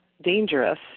dangerous